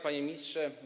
Panie Ministrze!